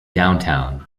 downtown